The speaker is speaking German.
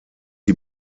die